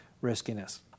riskiness